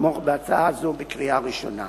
לתמוך בהצעה זו בקריאה ראשונה.